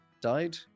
died